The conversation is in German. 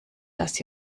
das